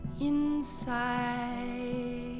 Inside